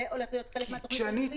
זה הולך להיות חלק מהתוכנית הלאומית.